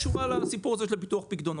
קשורה לסיפור הזה של ביטוח הפקדונות: